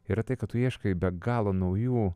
yra tai kad tu ieškai be galo naujų